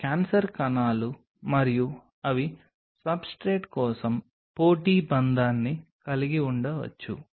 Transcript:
cancer కణాలు మరియు అవి సబ్స్ట్రేట్ కోసం పోటీ బంధాన్ని కలిగి ఉండవచ్చు